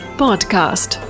podcast